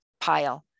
pile